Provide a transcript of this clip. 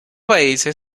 paese